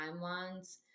timelines